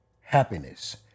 happiness